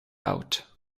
out